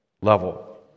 level